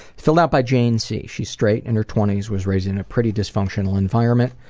filled out by jane c. she's straight, in her twenty s, was raised in a pretty dysfunctional environment.